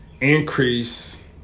increase